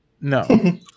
No